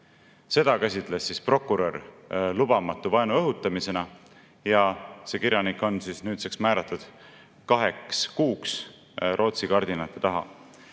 Seda käsitles prokurör lubamatu vaenu õhutamisena ja see kirjanik on nüüdseks määratud kaheks kuuks Rootsi kardinate taha.